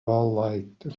wahlleiter